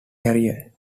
career